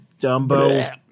dumbo